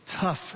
tough